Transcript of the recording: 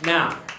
Now